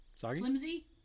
flimsy